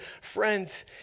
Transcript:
friends